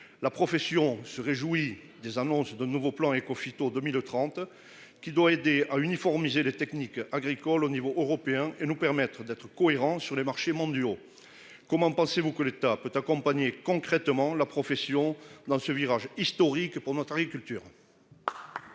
La profession se réjouit des annonces de nouveau plan Ecophyto 2030 qui doit aider à uniformiser les techniques agricoles au niveau européen et nous permettre d'être cohérent sur les marchés mondiaux. Comment pensez-vous que l'État peut accompagner concrètement la profession dans ce virage historique pour culture.